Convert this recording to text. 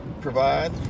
provide